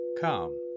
Come